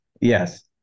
yes